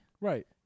Right